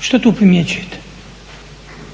što tu primjećujete?